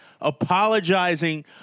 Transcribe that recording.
apologizing